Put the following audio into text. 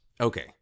Okay